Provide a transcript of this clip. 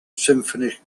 symphony